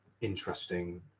interesting